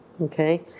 Okay